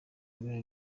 rwe